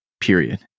period